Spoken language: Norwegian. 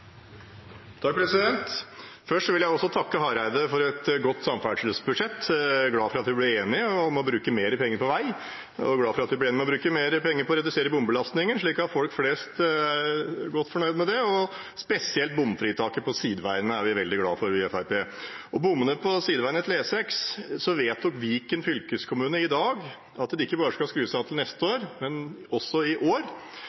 Først vil jeg takke statsråd Hareide for et godt samferdselsbudsjett. Jeg er glad for at vi ble enige om å bruke mer penger på vei, og for at han ble med på å bruke mer penger på å redusere bombelastningen, folk flest er godt fornøyd med det. Spesielt bomfritaket på sideveiene er vi veldig glad for i Fremskrittspartiet. Når det gjelder bommene på sideveiene til E6, vedtok Viken fylkeskommune i dag at de ikke bare skal skrus av til neste år, men også i år.